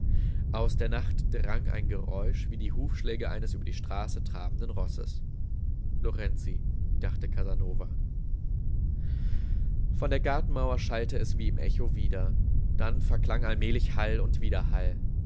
aus der nacht drang ein geräusch wie die hufschläge eines über die straße trabenden rosses lorenzi dachte casanova von der gartenmauer schallte es wie im echo wider dann verklang allmählich hall und widerhall